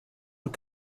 und